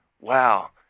Wow